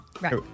Right